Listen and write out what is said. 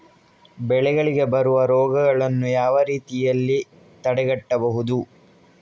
ಬೆಳೆಗಳಿಗೆ ಬರುವ ರೋಗಗಳನ್ನು ಯಾವ ರೀತಿಯಲ್ಲಿ ತಡೆಗಟ್ಟಬಹುದು?